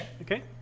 okay